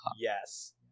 Yes